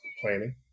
planning